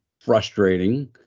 frustrating